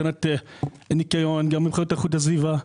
ניקיון או איכות הסביבה.